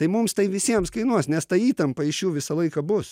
tai mums tai visiems kainuos nes ta įtampa iš jų visą laiką bus